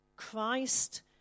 Christ